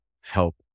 help